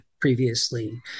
previously